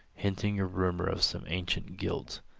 hinting a rumor of some ancient guilt.